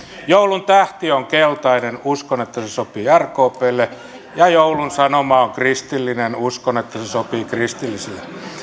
joulun tähti on keltainen uskon että se sopii rkplle joulun sanoma on kristillinen uskon että se sopii kristillisille